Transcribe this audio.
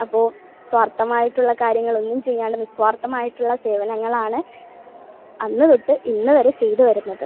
അപ്പോൾ സ്വാർഥമായിട്ടുള്ള കാര്യങ്ങളൊന്നും ചെയ്യാണ്ട് നിസ്വാർഥമായിട്ടുള്ള സേവനങ്ങളാണ് അന്ന് തൊട്ട് ഇന്ന് വരെ ചെയ്ത് വരുന്നത്